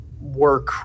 work